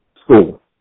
school